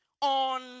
on